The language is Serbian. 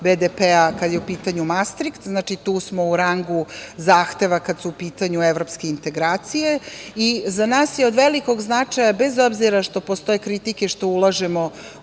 BDP-a kada je u pitanju Mastriht, znači tu smo u rangu zahteva kada su u pitanju evropske integracije i za nas je od velikog značaja, bez obzira što postoje kritike što ulažemo